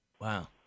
Wow